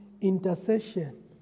intercession